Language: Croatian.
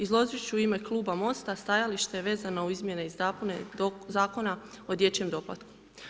Izložiti ću u ime Kluba MOST-a stajalište vezano uz Izmjene i dopune Zakona o dječjem doplatku.